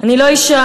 אני לא שותפה,